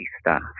staff